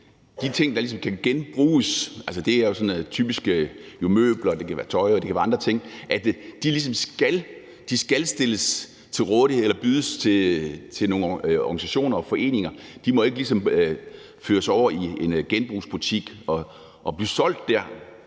de ting, der kan genbruges – det er jo sådan typisk møbler, og det kan være tøj, og det kan være andre ting – ligesom skal stilles til rådighed eller bydes til nogle organisationer og foreninger, og at de ligesom ikke må føres over i en genbrugsbutik og blive solgt der.